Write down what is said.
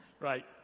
right